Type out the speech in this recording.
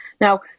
Now